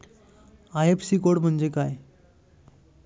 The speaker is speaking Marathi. आय.एफ.एस.सी कोड म्हणजे काय?